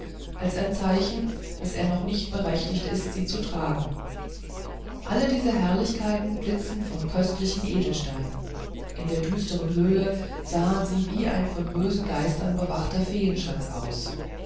als ein zeichen daß er noch nicht berechtigt ist sie zu tragen alle diese herrlichkeiten blitzen von köstlichen edelsteinen in der düsteren höhle sahen sie wie ein von bösen geistern bewachter feenschatz aus